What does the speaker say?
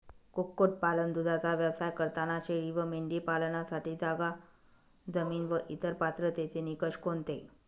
कुक्कुटपालन, दूधाचा व्यवसाय करताना शेळी व मेंढी पालनासाठी जागा, जमीन व इतर पात्रतेचे निकष कोणते?